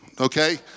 okay